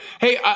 Hey